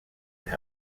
they